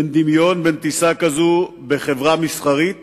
אין דמיון בין טיסה כזאת בחברה מסחרית